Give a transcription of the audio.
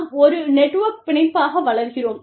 நாம் ஒரு நெட்வொர்க் பிணைப்பாக வளர்கிறோம்